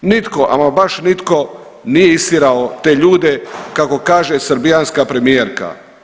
Nitko, ama baš nitko nije istjerao te ljude kako kaže srbijanska premijerka.